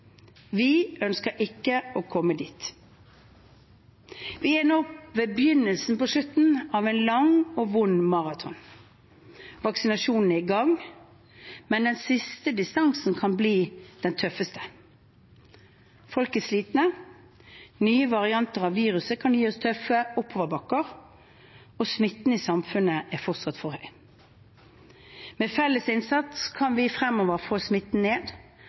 Vi ønsker ikke å komme dit. Vi er nå ved begynnelsen på slutten av en lang og vond maraton. Vaksinasjonen er i gang. Men den siste distansen kan bli den tøffeste. Folk er slitne, nye varianter av viruset kan gi oss tøffe oppoverbakker, og smitten i samfunnet er fortsatt for høy. Med felles innsats kan vi fremover få smitten ned,